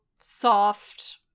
soft